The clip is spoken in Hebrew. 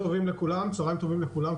שלום לכולם,